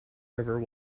river